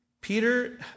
Peter